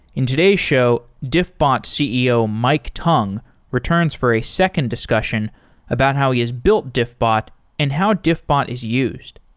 in today's show, diffbot's ceo mike tung returns for a second discussion about how he's built diffbot and how diffbot is used.